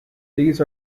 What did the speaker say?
these